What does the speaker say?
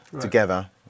together